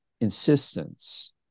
insistence